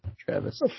Travis